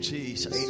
Jesus